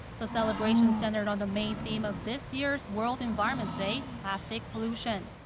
the celebration centered on the main theme of this year's world environment day plastic pollution.